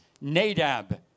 Nadab